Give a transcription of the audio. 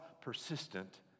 persistent